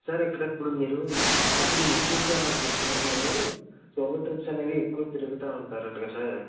sir ఇక్కడ ఇప్పుడు మీరు అంటే మీ యూ ట్యూబ్ ఛానల్ చూస్తున్నాను నేను సోలో ట్రిప్స్ అనేవి ఎక్కువ తిరుగుతూ ఉంటారంటకదా సార్